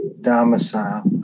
domicile